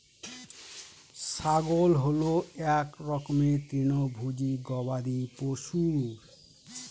ছাগল হল এক রকমের তৃণভোজী গবাদি পশু